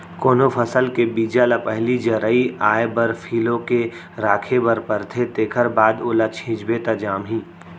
कोनो फसल के बीजा ल पहिली जरई आए बर फिलो के राखे बर परथे तेखर बाद ओला छिंचबे त जामही